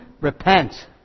repent